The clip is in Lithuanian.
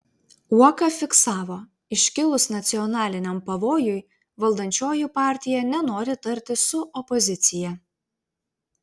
uoka fiksavo iškilus nacionaliniam pavojui valdančioji partija nenori tartis su opozicija